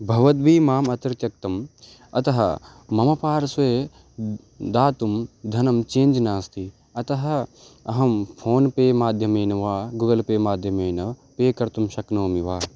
भवद्भिः माम् अत्र त्यक्तम् अतः मम पार्श्वे द् दातुं धनं चेञ्ज् नास्ति अतः अहं फोन् पे माध्यमेन वा गूगल् पे माध्यमेन पे कर्तुं शक्नोमि वा